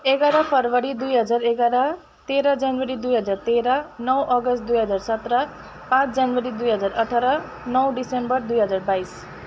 एघार फेब्रुअरी दुई हजार एघार तेह्र जनवरी दुई हजार तेह्र नौ अगस्त दुई हजार सत्र पाँच जनवरी दुई हजार अठार नौ दिसम्बर दुई हजार बाइस